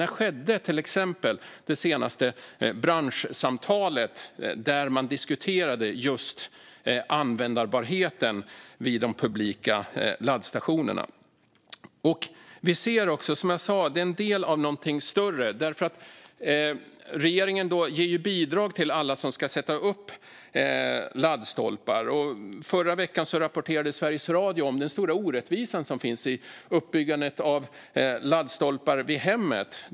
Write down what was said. När skedde till exempel det senaste branschsamtalet, där man diskuterade just användbarheten vid de publika laddstationerna? Vi ser också, som jag sa, att det är en del av någonting större. Regeringen ger bidrag till alla som ska sätta upp laddstolpar. Förra veckan rapporterade Sveriges Radio om den stora orättvisa som finns när det gäller att sätta upp laddstolpar vid hemmet.